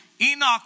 Enoch